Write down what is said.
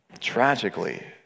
tragically